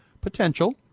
potential